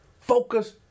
Focus